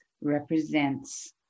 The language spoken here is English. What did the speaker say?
represents